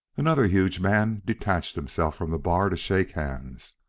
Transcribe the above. another huge man detached himself from the bar to shake hands.